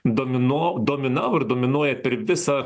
domino dominavo ir dominuoja per visą